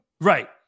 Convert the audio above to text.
right